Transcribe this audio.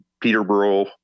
Peterborough